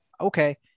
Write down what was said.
okay